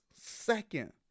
second